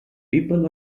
people